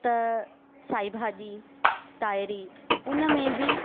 त साई भाॼी तांहिरी हुन में बि